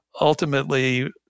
ultimately